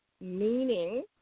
meaning